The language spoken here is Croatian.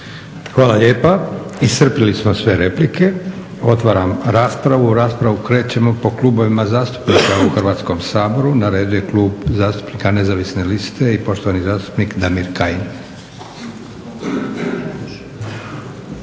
Hvala lijepa. Iscrpili smo sve replike. Otvaram raspravu. U raspravu krećemo po klubovima zastupnika u Hrvatskom saboru. Na redu je Klub zastupnika nezavisne liste i poštovni zastupnik Damir Kajin.